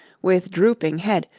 with drooping head,